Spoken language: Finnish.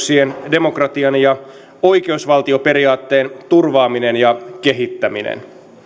demokratian ja oikeusvaltioperiaatteen turvaaminen ja kehittäminen